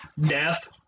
Death